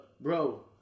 bro